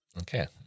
Okay